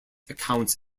accounts